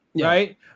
Right